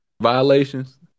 violations